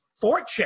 fortune